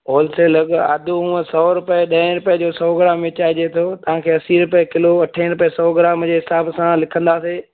wholesale अघि आदू हूअं सौ रूपे ॾह रूपे जो सौ ग्राम विचाइजे थो तव्हांखे असीं रूपे किलो अठे रूपे जो सौ ग्राम जे हिसाब सां लिखंदासीं